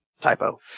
Typo